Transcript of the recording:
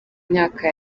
myaka